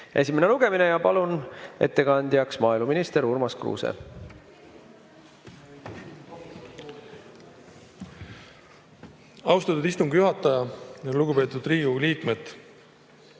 esimene lugemine. Palun ettekandjaks maaeluminister Urmas Kruuse. Austatud istungi juhataja! Lugupeetud Riigikogu liikmed!